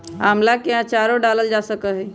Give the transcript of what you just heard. आम्ला के आचारो डालल जा सकलई ह